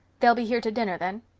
they'll be here to dinner, then?